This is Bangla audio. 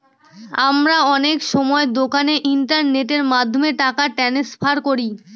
আমরা অনেক সময় দোকানে ইন্টারনেটের মাধ্যমে টাকা ট্রান্সফার করি